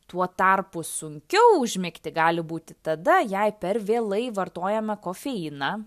tuo tarpu sunkiau užmigti gali būti tada jei per vėlai vartojame kofeiną